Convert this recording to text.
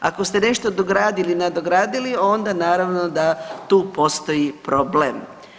Ako ste nešto dogradili, nadogradili onda naravno da tu postoji problem.